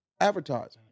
advertising